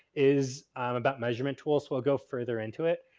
is about measurement tool, so, i'll go further into it.